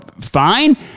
fine